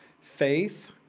faith